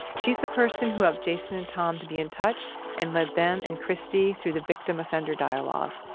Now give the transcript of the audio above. she's the person who helped jason and tom to be in touch and led them and christy through the victim offender dialogue.